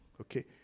Okay